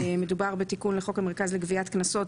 מדובר בתיקון לחוק המרכז לגביית קנסות,